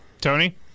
Tony